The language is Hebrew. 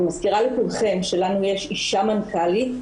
אני מזכירה לכולכם שלנו יש אישה מנכ"לית,